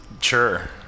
sure